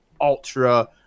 ultra